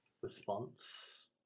response